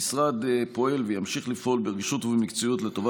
המשרד פועל וימשיך לפעול ברגישות ובמקצועיות לשם